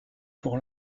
pour